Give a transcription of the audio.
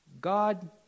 God